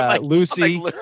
Lucy